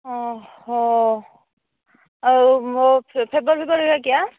ଓହୋ ଆଉ ଫେବର୍ ବେବର୍ ହୁଆ କ୍ୟା